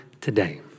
today